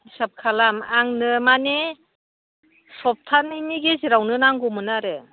हिसाब खालाम आंनो माने सप्तानैनि गेजेरावनो नांगौमोन आरो